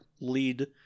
lead